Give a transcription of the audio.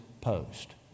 post